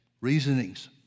Reasonings